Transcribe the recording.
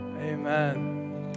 amen